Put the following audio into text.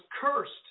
cursed